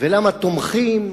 ולמה תומכים.